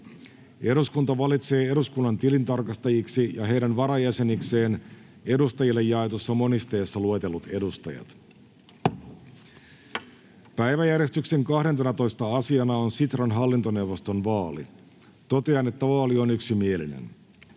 Eduskunta valitsee eduskunnan tilintarkastajiksi ja heidän varajäsenikseen edustajille jaetussa monisteessa luetellut edustajat. Päiväjärjestyksen 12. asiana on Sitran hallintoneuvoston vaali. Totean, että vaali on yksimielinen.